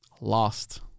Lost